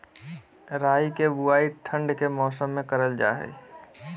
राई के बुवाई ठण्ड के मौसम में करल जा हइ